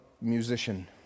musician